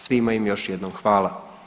Svima im još jednom hvala.